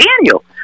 Daniel